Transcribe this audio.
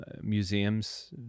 museums